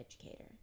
educator